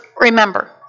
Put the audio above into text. remember